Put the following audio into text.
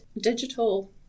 digital